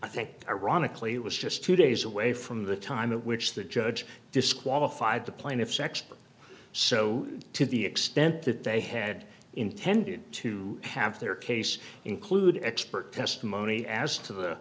i think ironically it was just two days away from the time in which the judge disqualified the plaintiff's expert so to the extent that they had intended to have their case include expert testimony as to the